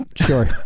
Sure